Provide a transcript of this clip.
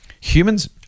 humans